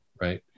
right